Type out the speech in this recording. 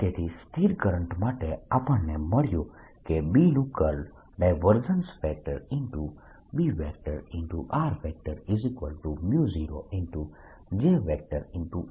અને તેથી સ્થિર કરંટ માટે આપણને મળ્યું કે B નું કર્લ B0 J છે